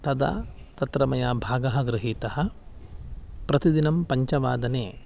तदा तत्र मया भागं गृहीतं प्रतिदिनं पञ्चवादने